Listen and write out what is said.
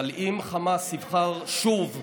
אבל אם חמאס יבחר שוב,